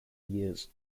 years